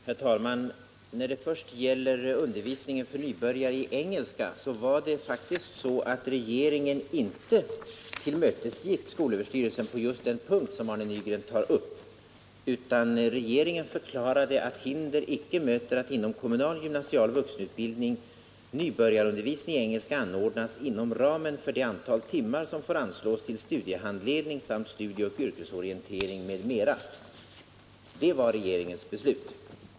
Herr talman! När det gäller undervisningen för nybörjare i engelska tillmötesgick regeringen faktiskt inte skolöverstyrelsen på den punkt som Arne Nygren tog upp. Regeringen förklarade att hinder inte möter att inom kommunal gymnasial vuxenutbildning nybörjarundervisning i engelska anordnas inom ramen för det antal timmar som får anslås till studiehandledning samt studieoch yrkesorientering m.m. Det var regeringens beslut.